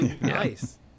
Nice